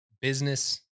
business